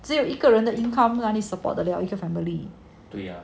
只有一个人的 income lah 哪里 support 得了一个 family